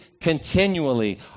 continually